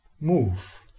move